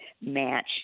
match